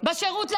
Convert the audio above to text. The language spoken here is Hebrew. בשירות לאזרח.